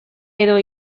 edo